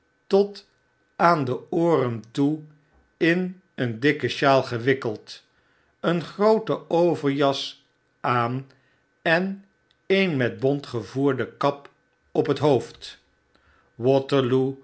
tot aan de ooren toe in een dikke sjaal gewikkeld een groote overjas aan en een met bont gevoerde kap op het hoofd